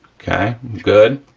okay good,